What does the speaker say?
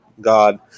god